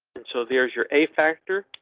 so there's your a factor.